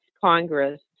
Congress